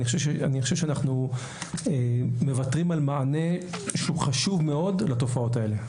אני חושב שאנחנו מוותרים על מענה שהוא חשוב מאוד לתופעות האלה.